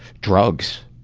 drugs.